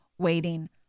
Waiting